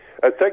Thank